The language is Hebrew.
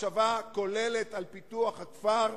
מחשבה כוללת על פיתוח הכפר,